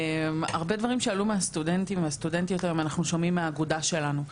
הרבה דברים שעלו מהסטודנטים והסטודנטיות אנחנו שומעים מהאגודה שלנו.